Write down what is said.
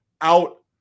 out